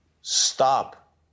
Stop